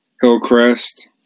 Hillcrest